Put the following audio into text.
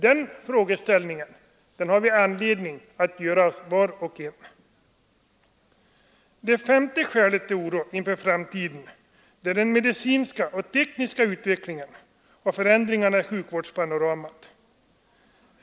Den frågan har var och en av oss anledning att ställa sig. Det femte skälet till oro inför framtiden är den medicinska och tekniska utvecklingen och förändringarna i sjukvårdspanoramat.